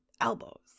elbows